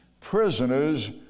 prisoners